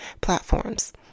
platforms